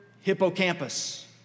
hippocampus